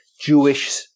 Jewish